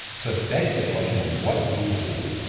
so it begs the question of what do you do,